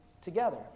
together